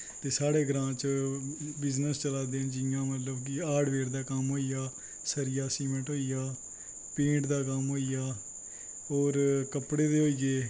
ते साढ़े ग्रांऽ च बिजनस चला दे न जियां हून मतलब कि हार्डवेयर दा कम्म होई गेआ सरिया सीमेंट होई गेआ पेंट दा कम्म होई गेआ होर कपड़े दे होई गे